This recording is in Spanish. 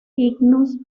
himnos